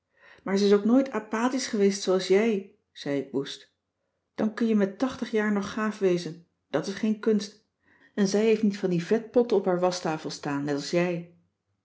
maar zij is ook nooit apatisch geweest zooals jij zei ik woest dan kun je met tachtig jaar nog gaaf wezen dat is geen kunst en zij heeft niet van die vetpotten op haar waschtafel staan net als jij